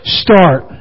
start